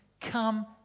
Come